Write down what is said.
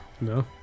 No